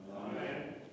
Amen